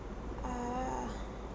err